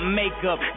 makeup